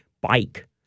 bike